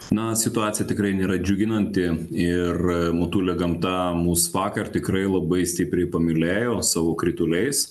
na situacija tikrai nėra džiuginanti ir motulė gamta mus vakar tikrai labai stipriai pamylėjo savo krituliais